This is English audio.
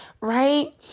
right